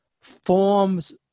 forms